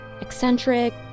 Eccentric